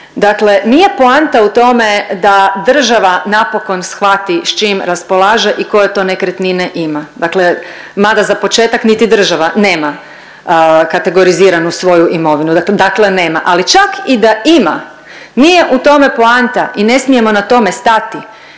Dakle, nije poanta u tome da država napokon shvati s čim raspolaže i koje to nekretnine ima. Dakle, mada za početak niti država nema kategoriziranu svoju imovinu. Ali čak i da ima nije u tome poanta i ne smijemo na tome stati.